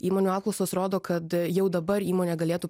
įmonių apklausos rodo kad jau dabar įmonė galėtų